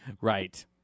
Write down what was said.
Right